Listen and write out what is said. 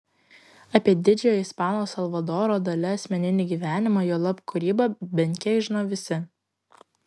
apie didžiojo ispano salvadoro dali asmeninį gyvenimą juolab kūrybą bent kiek žino visi